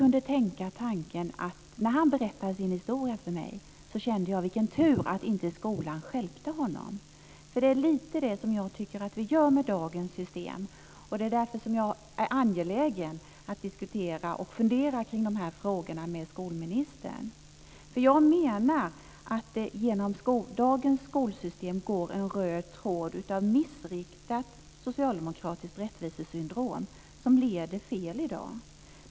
När han berättade sin historia för mig kände jag: Vilken tur att inte skolan stjälpte honom! Jag tycker att vi gör det lite grann med dagens system. Det är därför som jag är angelägen om att fundera på de här frågorna och diskutera dem med skolministern. Jag menar att det går en röd tråd av missriktat socialdemokratiskt rättvisesyndrom genom dagens skolsystem. Det leder fel i dag.